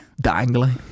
Dangling